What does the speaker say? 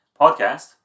Podcast